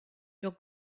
your